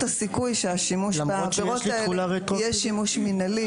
הסיכוי שהשימוש בעבירות האלה יהיה שימוש מינהלי,